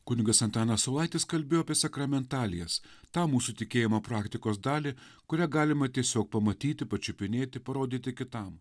kunigas antanas saulaitis kalbėjo apie sakramentalijas tą mūsų tikėjimo praktikos dalį kurią galima tiesiog pamatyti pačiupinėti parodyti kitam